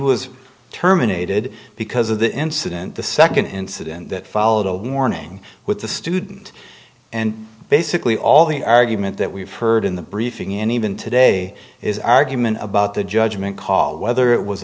was terminated because of the incident the second incident that followed a warning with the student and basically all the argument that we've heard in the briefing in even today is argument about the judgment call whether it was